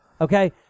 Okay